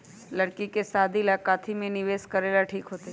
लड़की के शादी ला काथी में निवेस करेला ठीक होतई?